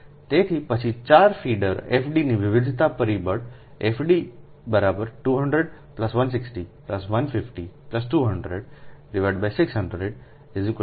તેથી પછી 4 feeder FD નો વિવિધતા પરિબળ FD 200160150200600 1